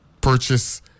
Purchase